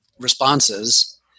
responses